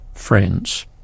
friends